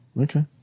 okay